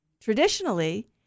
traditionally